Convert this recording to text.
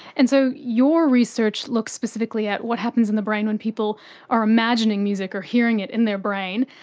and so your research looks specifically at what happens in the brain when people are imagining music or hearing it in their brain.